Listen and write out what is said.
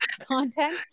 content